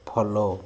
follow